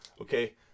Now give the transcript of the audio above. okay